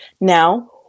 Now